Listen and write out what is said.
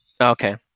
Okay